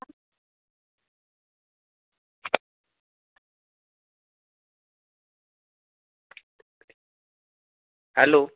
hello